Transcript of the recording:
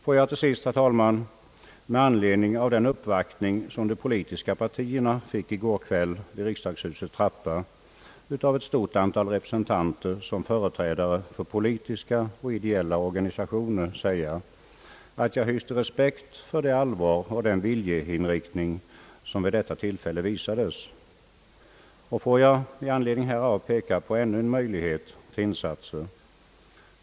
Får jag till sist, herr talman, med anledning av den uppvaktning som de politiska partierna fick i går kväll vid riksdagshusets trappa av ett stort antal representanter för politiska och ideella organisationer säga, att jag hyser respekt för det allvar och den viljeinriktning som vid detta tillfälle visades. Jag tillåter mig att i anledning härav peka på ännu en möjlighet till insatser.